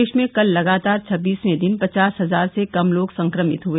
देश में कल लगातार छब्बीसवें दिन पचास हजार से कम लोग संक्रमित हुए